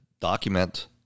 document